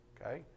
Okay